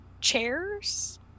chairs